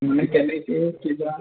মানে কেনেকৈ কিবা